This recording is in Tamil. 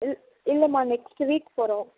இல் இல்லைம்மா நெக்ஸ்ட்டு வீக் போகிறோம்